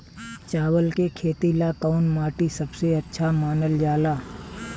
चावल के खेती ला कौन माटी सबसे अच्छा मानल जला?